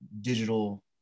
digital